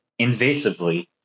invasively